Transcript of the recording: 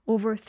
Over